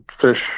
fish